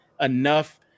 enough